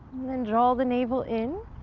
and then draw the navel in.